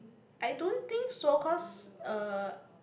I don't think so cause uh